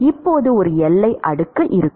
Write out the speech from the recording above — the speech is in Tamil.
இப்போது ஒரு எல்லை அடுக்கு இருக்கும்